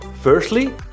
Firstly